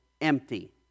empty